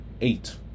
eight